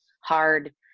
hard